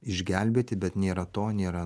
išgelbėti bet nėra to nėra